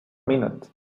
minute